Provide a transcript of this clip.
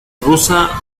rusa